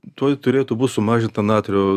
tuoj turėtų būt sumažinta natrio